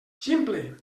ximple